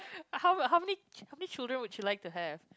how how many how many children would you like to have